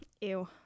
Ew